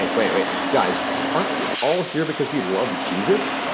ah wait wait guys aren't we all here because we love jesus?